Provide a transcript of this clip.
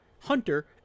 Hunter